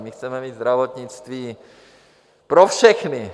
My chceme mít zdravotnictví pro všechny.